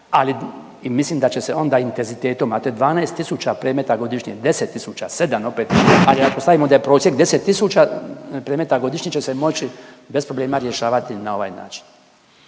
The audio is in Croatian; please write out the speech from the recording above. i mislim da će onda intenzitetom, a to je 12 tisuća predmeta godišnje, 10 tisuća, 7 opet, ali kao stavimo da je prosjek 10 tisuća predmeta godišnje će se moći bez problema rješavati na ovaj način.